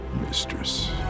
mistress